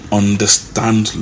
understand